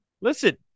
listen